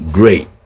great